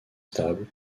stables